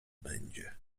będzie